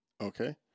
Okay